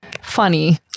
funny